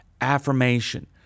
Affirmation